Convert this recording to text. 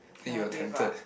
ya I give up